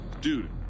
Dude